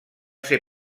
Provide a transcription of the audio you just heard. ser